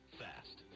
fast